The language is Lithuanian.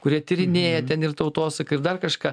kurie tyrinėja ten ir tautosaką ir dar kažką